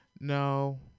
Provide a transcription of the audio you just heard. no